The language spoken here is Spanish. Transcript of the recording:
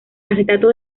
acetato